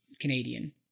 Canadian